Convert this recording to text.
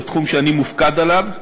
בתחום שאני מופקד עליו.